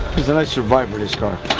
here's a nice survivor in his car